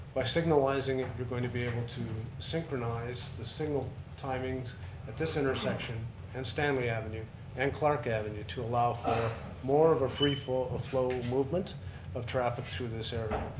by signalizing it, you're going to be able to synchronize the signal timings at this intersection and stanley avenue and clarke avenue, too, allow for more of a free flow movement of traffic through this area.